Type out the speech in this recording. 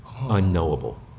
Unknowable